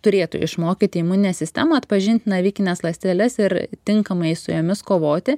turėtų išmokyti imuninę sistemą atpažint navikines ląsteles ir tinkamai su jomis kovoti